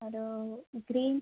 അത് ഗ്രീൻ